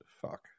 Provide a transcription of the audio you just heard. Fuck